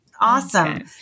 Awesome